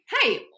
hey